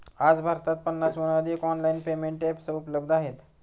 आज भारतात पन्नासहून अधिक ऑनलाइन पेमेंट एप्स उपलब्ध आहेत